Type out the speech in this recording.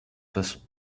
façons